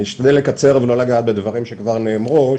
אני אשתדל לקצר ולא לגעת בדברים שכבר נאמרו,